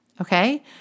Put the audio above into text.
Okay